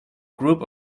group